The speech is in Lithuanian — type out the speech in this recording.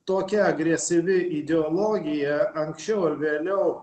tokia agresyvi ideologija anksčiau ar vėliau